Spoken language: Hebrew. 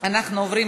אנחנו עוברים